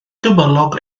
gymylog